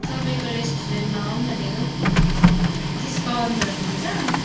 तपाईँको रेस्टुरेन्टमा आउँ भनेको डिस्काउन्टहरू हुन्छ